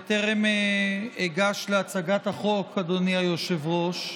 בטרם אגש להצעת החוק, אדוני היושב-ראש,